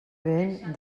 vent